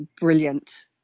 brilliant